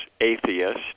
atheist